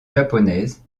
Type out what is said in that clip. japonaises